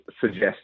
suggest